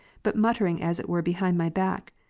but muttering as it were behind my back,